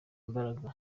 imbaraga